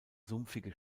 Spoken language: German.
sumpfige